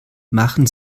machen